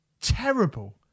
terrible